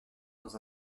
dans